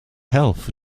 health